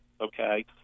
okay